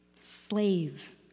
slave